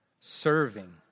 serving